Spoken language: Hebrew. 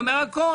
אני אומר הכול.